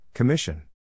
Commission